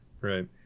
right